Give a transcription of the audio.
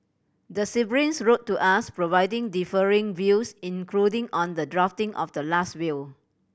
the siblings wrote to us providing differing views including on the drafting of the last will